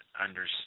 understand